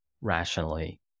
rationally